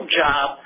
job